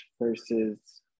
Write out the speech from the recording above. versus